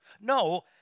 No